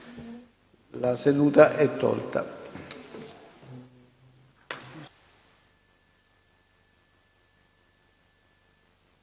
La seduta è tolta